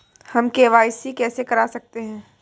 हम के.वाई.सी कैसे कर सकते हैं?